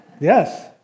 Yes